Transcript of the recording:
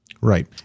Right